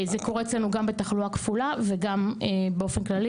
זה קורה אצלנו גם בתחלואה כפולה וגם באופן כללי,